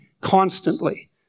constantly